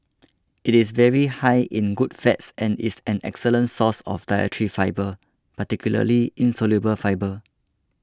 it is very high in good fats and is an excellent source of dietary fibre particularly insoluble fibre